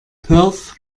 perth